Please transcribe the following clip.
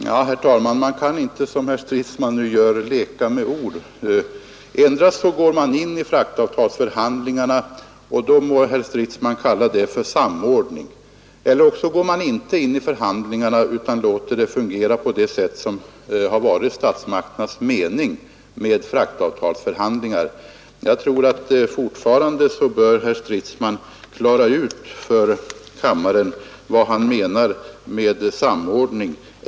Herr talman! Man kan inte leka med ord som herr Stridsman nu gör. Endera går man in i fraktavtalsförhandlingarna — och då må herr Stridsman kalla det samordning — eller också går man inte in i förhandlingarna utan låter dem fungera på det sätt som har varit statsmakternas mening med fraktavtalsförhandlingar. Jag tror fortfarande att herr Stridsman bör klara ut för kammaren vad han menar med samordning.